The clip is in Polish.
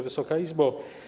Wysoka Izbo!